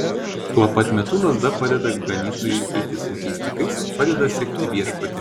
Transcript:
tuo pat metu lazda padeda ganytojui eiti sunkiais takais padeda sekti viešpatį